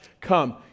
come